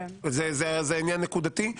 זה עניין נקודתי.